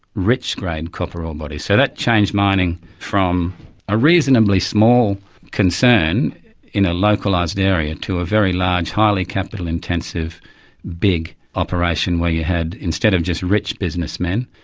rich-grained copper ore body. so that changed mining from a reasonably small concern in a localised area, to a very large, highly capital intensive big operation where you had, instead of just rich businessmen,